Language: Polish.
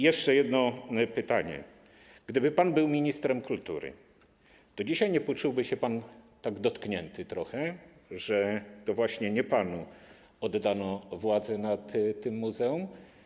Jeszcze jedno pytanie: Gdyby pan był ministrem kultury, to czy dzisiaj nie poczułby się pan trochę dotknięty tym, że to nie właśnie panu oddano władzę nad tym muzeum?